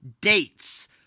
Dates